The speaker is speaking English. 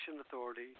Authority